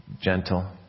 gentle